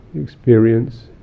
experience